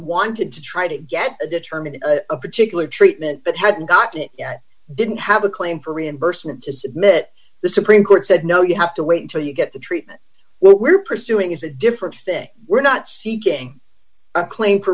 wanted to try to get to determine a particular treatment but hadn't got to and didn't have a claim for reimbursement to submit the supreme court said no you have to wait until you get the treatment what we're pursuing is a different thing we're not seeking a claim for